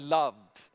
loved